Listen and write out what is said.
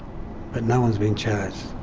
but no one's been charged.